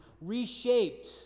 reshaped